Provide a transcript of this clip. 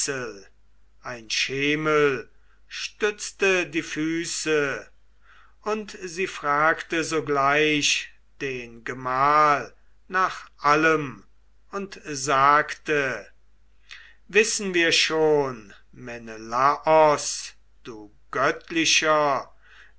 ein schemel stützte die füße und sie fragte sogleich den gemahl nach allem und sagte wissen wir schon menelaos du göttlicher